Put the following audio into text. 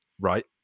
right